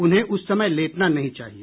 उन्हें उस समय लेटना नहीं चाहिए